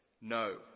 no